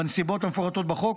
בנסיבות המפורטות בחוק,